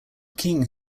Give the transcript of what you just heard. king